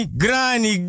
granny